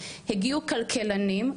הגיעו כלכלנים,